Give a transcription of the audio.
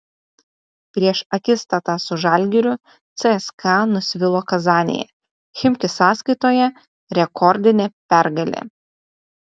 prieš akistatą su žalgiriu cska nusvilo kazanėje chimki sąskaitoje rekordinė pergalė